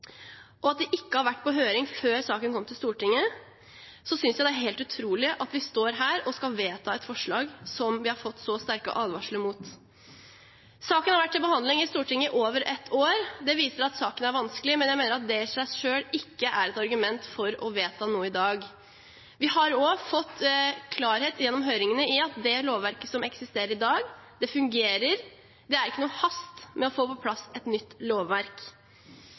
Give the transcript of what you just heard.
og når det ikke hadde vært på høring før saken kom til Stortinget, synes jeg det er helt utrolig at vi står her og skal vedta et forslag som vi har fått så sterke advarsler mot. Saken har vært til behandling i Stortinget i over ett år. Det viser at saken er vanskelig, men jeg mener at det i seg selv ikke er et argument for å vedta noe i dag. Vi har også fått klarhet i gjennom høringene at det lovverket som eksisterer i dag, fungerer. Det er ikke noen hast med å få på plass et nytt lovverk.